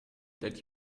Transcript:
that